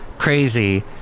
Crazy